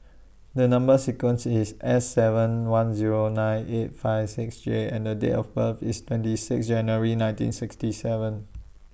The Number sequence IS S seven one Zero nine eight five six J and The Date of birth IS twenty six January nineteen thirty seven